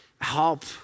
help